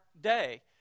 day